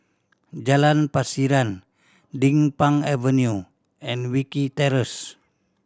Jalan Pasiran Din Pang Avenue and Wilkie Terrace